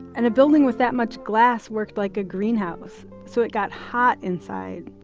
and a building with that much glass worked like a greenhouse. so it got hot inside.